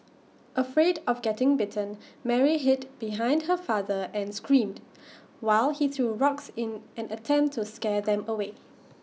afraid of getting bitten Mary hid behind her father and screamed while he threw rocks in in an attempt to scare them away